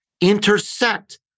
intersect